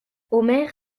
omer